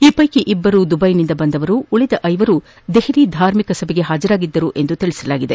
ಈ ಪೈಕಿ ಇಬ್ಬರು ದುಬೈನಿಂದ ಬಂದವರು ಉಳಿದ ಐವರು ದೆಹಲಿ ಧಾರ್ಮಿಕ ಸಭೆಗೆ ಹಾಜರಾಗಿದ್ದವರು ಎಂದು ತಿಳಿಸಲಾಗಿದೆ